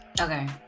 Okay